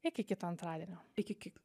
iki kito antradienio iki ki